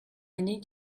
need